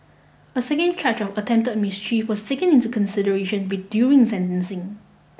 a second charge of attempted mischief was taken into consideration during sentencing